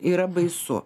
yra baisu